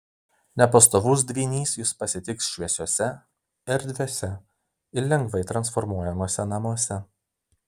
nepastovus dvynys jus pasitiks šviesiuose erdviuose ir lengvai transformuojamuose namuose